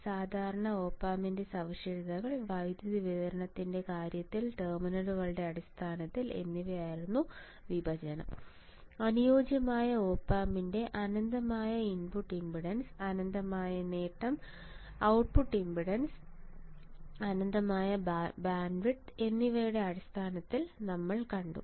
സാധാരണ ഓപാമ്പിൻറെ സവിശേഷതകൾ വൈദ്യുതി വിതരണത്തിന്റെ കാര്യത്തിൽ ടെർമിനലുകളുടെ അടിസ്ഥാനത്തിൽ അനുയോജ്യമായ ഒപ് ആമ്പിൻറെ അനന്തമായ ഇൻപുട്ട് ഇംപെഡൻസ് അനന്തമായ നേട്ടം ഔട്ട്പുട്ട് ഇംപെഡൻസ് അനന്തമായ ബാൻഡ്വിഡ്ത്ത് എന്നിവയുടെ അടിസ്ഥാനത്തിൽ നമ്മൾ കണ്ടു